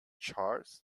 charles